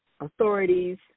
authorities